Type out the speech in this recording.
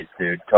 dude